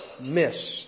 Miss